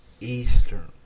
Eastern